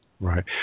Right